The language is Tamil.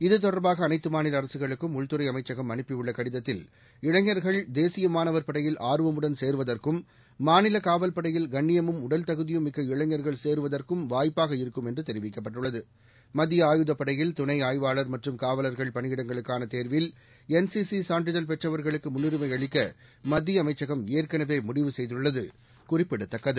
இத்தொடர்பாக அனைத்துமாநிலஅரசுகளுக்கும் உள்துறைஅமைச்சகம் அனுப்பியுள்ளகடிதத்தில் இளைஞர்கள் தேசியமாணவர் படையில் ஆர்வமுடன் சேர்வதற்கும் மாநிலகாவல்படையில் கண்ணியமும் உடல்தகுதியும் மிக்க இளைஞர்கள் சேருவதற்குவாய்ப்பாக இருக்கும் என்றுதெரிவிக்கப்பட்டுள்ளது மத்திய ஆயுதப்படையில் தணைஆய்வாளர் மற்றம் காவலர்கள் பணியிடங்களுக்கானதேர்வில் என்சிசிசான்றிதழ் பெற்றவர்களுக்குமுன்னுரிமைஅளிக்கமத்தியஅமைச்சகம் ஏற்கனவேமுடிவுசெய்துள்ளதுகுறிப்பிடத்தக்கது